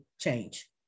change